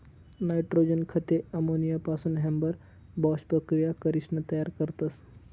nitrogen खते अमोनियापासून Haber Bosch प्रकिया करीसन तयार करतस